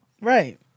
Right